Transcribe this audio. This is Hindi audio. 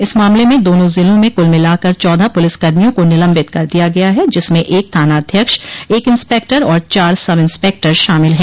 इस मामले में दोनों जिलों में कुल मिलाकर चौदह पुलिसकर्मियों को निलम्बित कर दिया गया है जिसमें एक थानाध्यक्ष एक इंस्पेक्टर और चार सब इंस्पेक्टर शामिल है